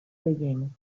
digging